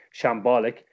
shambolic